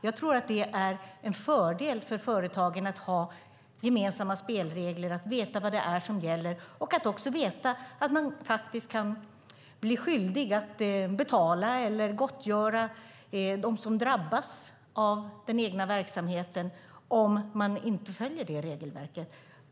Jag tror att det är en fördel för företagen att ha gemensamma spelregler, att veta vad det är som gäller och att också veta att man faktiskt kan bli skyldig att betala eller gottgöra dem som drabbas av den egna verksamheten om man inte följer regelverket.